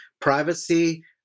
privacy